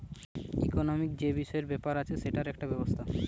economic যে বিষয় ব্যাপার আছে সেটার একটা ব্যবস্থা